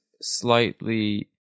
slightly